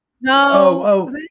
no